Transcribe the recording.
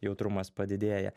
jautrumas padidėja